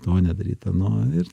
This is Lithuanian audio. to nedaryt ano ir